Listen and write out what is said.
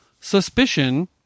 suspicion